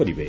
କରିବେ